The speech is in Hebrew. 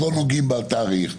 לא נוגעים בתאריך.